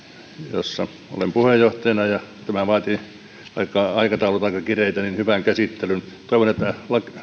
jossa olen puheenjohtajana ja tämä vaatii vaikka aikataulut ovat aika kireitä hyvän käsittelyn toivon että